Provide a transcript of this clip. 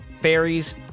fairies